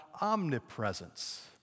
omnipresence